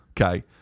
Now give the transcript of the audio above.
okay